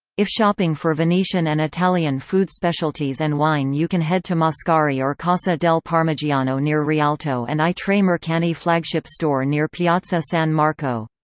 if shopping for venetian and italian food specialties and wine you can head to mascari or casa del parmigiano near rialto and i tre mercanti flagship store near piazza san marco.